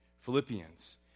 Philippians